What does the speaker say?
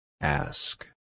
Ask